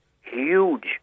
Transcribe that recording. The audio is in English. huge